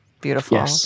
Beautiful